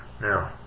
now